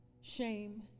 shame